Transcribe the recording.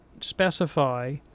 specify